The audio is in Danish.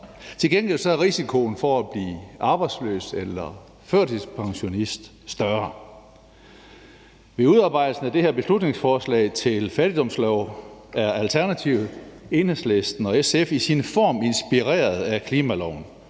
Til gengæld er risikoen for at blive arbejdsløs eller førtidspensionist større. I udarbejdelsen af det her beslutningsforslag til fattigdomsloven er Alternativet, Enhedslisten og SF i formen inspireret af klimaloven,